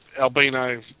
albino